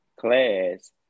class